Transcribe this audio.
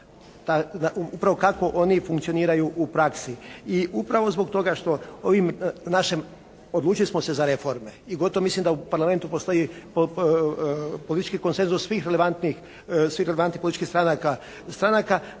upravo kako oni funkcioniraju u praksi. I upravo zbog toga što ovim našim, odlučili smo se za reforme i gotovo mislim da u Parlamentu postoji politički konsenzus svih relevantnih političkih stranaka,